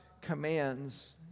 commands